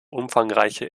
umfangreiche